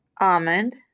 Almond